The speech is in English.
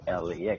LAX